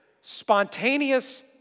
spontaneous